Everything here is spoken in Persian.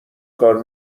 کار